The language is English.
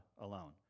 alone